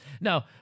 No